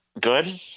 Good